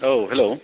औ हेल'